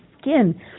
skin